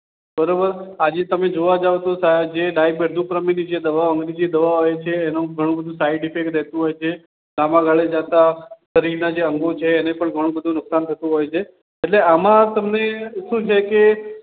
બરાબર આજે તમે જોવા જાવ તો જે ડાયા મધુપ્રમેહની જે અંગ્રેજી દવાઓ આવે છે એનું ઘણું બધું સાઇડ ઇફૅક્ટ રહેતું હોય છે લાંબા ગાળે જતાં શરીરનાં જે અંગો છે એને પણ ઘણું બધું નુકસાન થતું હોય છે એટલે આમાં તમને શું છે કે